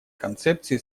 концепции